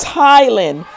Thailand